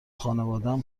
خانوادم